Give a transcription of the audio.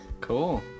Cool